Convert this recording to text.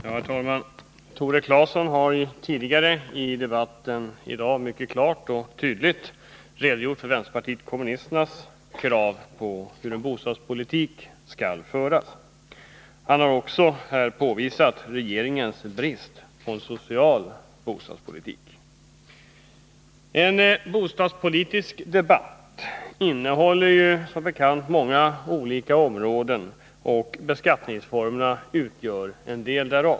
Herr talman! Tore Claeson har tidigare i debatten i dag mycket klart och tydligt redogjort för vänsterpartiet kommunisternas krav på hur en bostadspolitik skall föras. Han har också påvisat regeringens brist på en social bostadspolitik. En bostadspolitisk debatt innehåller som bekant många olika områden, och beskattningsformerna utgör en del därav.